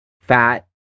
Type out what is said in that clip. Fat